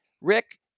Rick